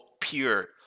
pure